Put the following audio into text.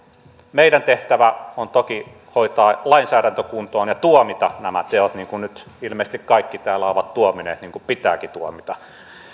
meidän tehtävämme on toki hoitaa lainsäädäntö kuntoon ja tuomita nämä teot niin kuin nyt ilmeisesti kaikki täällä ovat tuominneet niin kuin pitääkin tuomita